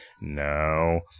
No